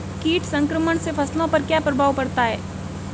कीट संक्रमण से फसलों पर क्या प्रभाव पड़ता है?